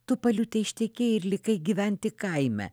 tu paliute ištekėjai ir likai gyventi kaime